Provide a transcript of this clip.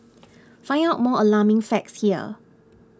find out more alarming facts here